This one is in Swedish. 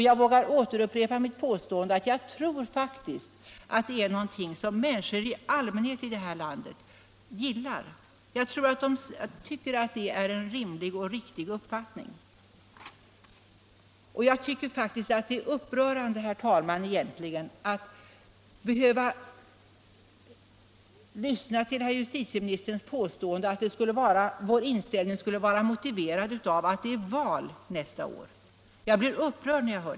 Jag vågar upprepa att jag faktiskt tror att det är någonting som människor i allmänhet här i landet gillar och anser vara en rimlig och riktig uppfattning. Egentligen är det upprörande, herr talman, att behöva lyssna till herr justitieministerns påstående att vår inställning skulle vara motiverad av att det är val nästa år.